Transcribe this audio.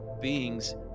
beings